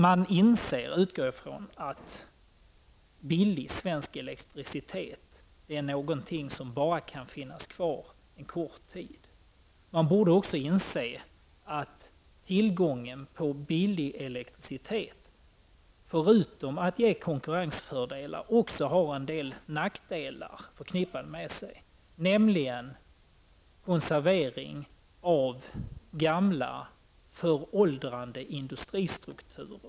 Man inser -- det utgår jag ifrån -- att billig svensk elektricitet bara kan finnas kvar en kort tid. Man borde också inse att tillgången på billig elektricitet, förutom att ge konkurrensfördelar, också medför en del nackdelar, nämligen konservering av gamla föråldrade industristrukturer.